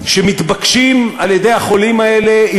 שמתבקשים על-ידי החולים האלה,